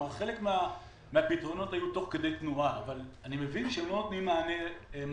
חלק מהפתרונות היו תוך כדי תנועה אבל אני מבין שלא נותנים מענה מלא.